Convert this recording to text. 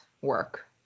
work